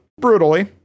brutally